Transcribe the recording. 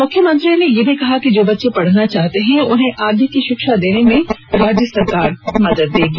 मुख्यमंत्री ने यह भी कहा कि जो बच्चे पढ़ना चाहते हैं उन्हें आगे की शिक्षा देने में राज्य सरकार मदद करेगी